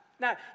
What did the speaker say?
Now